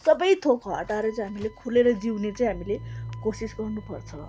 सबै थोक हटाएर चाहिँ हामीले खुलेर जिउने चाहिँ हामीले कोसिस गर्नुपर्छ